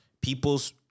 people's